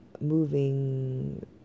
moving